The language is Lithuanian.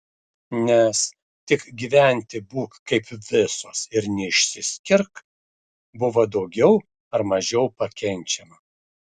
nes tik gyventi būk kaip visos ir neišsiskirk buvo daugiau ar mažiau pakenčiama